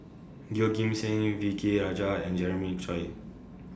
Yeoh Ghim Seng V K Rajah and Jeremiah Choy